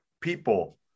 people